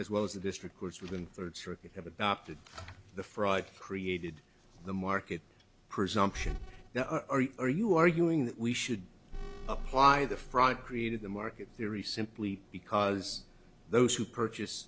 as well as the district courts within third circuit have adopted the fraud created the market presumption now are you arguing that we should apply the fraud created the market theory simply because those who purchase